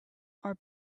are